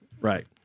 Right